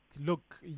look